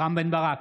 רם בן ברק,